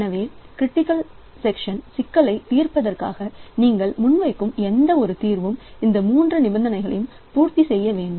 எனவேக்ரிட்டிக்கல் section சிக்கலை தீர்ப்பதற்காக நீங்கள் முன்வைக்கும் எந்தவொரு தீர்வும் இந்த மூன்று நிபந்தனைகளையும் பூர்த்தி செய்ய வேண்டும்